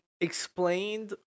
explained